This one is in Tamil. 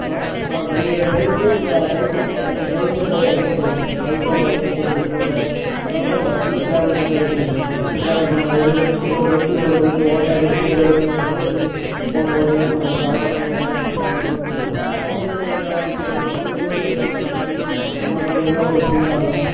பைக்லேயும் பைக்கில் போவோம் எனக்கு பைக்கில் போக ரொம்ப பிடிக்கும் பைக்கில் போக ரொம்ப பிடிக்கும் அதை விட பஸ்ஸில் ட்ராவல் பண்ணுறது பிடிக்கும் பஸ்ஸில் ட்ராவல் பண்ணும் போது ஒரு பஸ்ஸு ஒரு பஸ்ஸு ஓவர்டேக் அடித்து ரேஸிங்காக ரேஸ் பண்ணி போகும் போது அதை பார்க்கும் போது நல்லா இருக்கும் நம்மளுக்கு நம்மளுக்கு ஒரு இதாக இருக்கும் போது நம்மளுக்கு ஒரு ரேஸ் ஓட்டுகிற மாதிரி அந்த மாதிரியெல்லாம் ஒரு ஃபீல் ஆகும்